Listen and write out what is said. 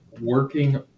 working